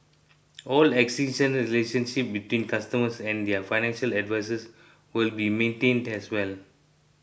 all existing relationships between customers and their financial advisers will be maintained as well